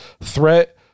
threat